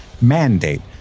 mandate